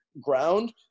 ground